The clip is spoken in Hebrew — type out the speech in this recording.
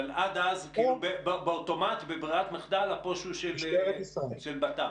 בברירת המחדל הפו"ש הוא של בט"פ?